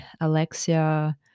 Alexia